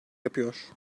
yapıyor